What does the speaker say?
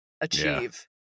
achieve